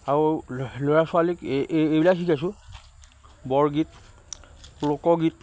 আৰু ল'ৰা ছোৱালীক এই এইবিলাক শিকাইছোঁ বৰগীত লোকগীত